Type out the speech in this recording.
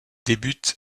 débute